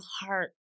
heart